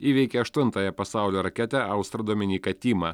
įveikė aštuntąją pasaulio raketę austrą dominyką tymą